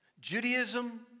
Judaism